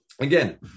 Again